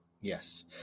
Yes